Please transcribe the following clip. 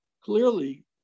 clearly